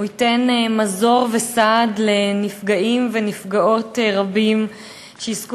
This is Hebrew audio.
הוא ייתן מזור וסעד לנפגעים ונפגעות רבים שיזכו